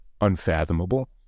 unfathomable